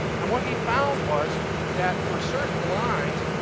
and what he found was that for certain lines,